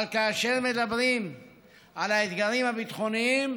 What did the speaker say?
אבל כאשר מדברים על האתגרים הביטחוניים,